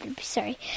Sorry